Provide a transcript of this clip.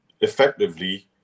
effectively